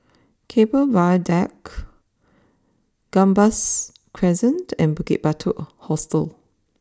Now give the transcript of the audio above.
Keppel Viaduct Gambas Crescent and Bukit Batok Hostel